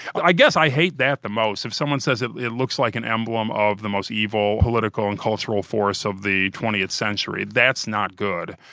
i guess i hate that the most. if someone says that it looks like an emblem of the most evil political and cultural force of the twentieth century, that's not good.